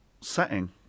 setting